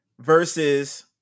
Versus